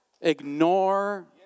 Ignore